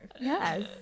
yes